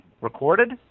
Recorded